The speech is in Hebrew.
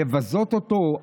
לבזות אותו?